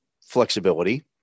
flexibility